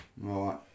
right